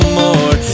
more